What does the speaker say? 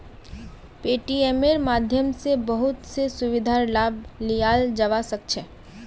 पेटीएमेर माध्यम स बहुत स सुविधार लाभ लियाल जाबा सख छ